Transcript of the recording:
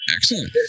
Excellent